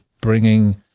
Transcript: bringing